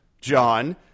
John